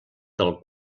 del